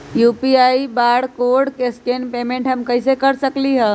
UPI barcode scan payment हम कईसे कर सकली ह?